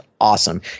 awesome